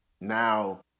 now